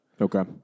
Okay